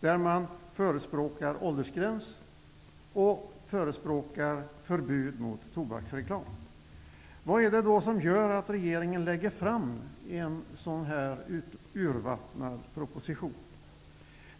där man förespråkar åldersgräns och förbud mot tobaksreklam. Vad är det då som gör att regeringen lägger fram en sådan här urvattnad proposition?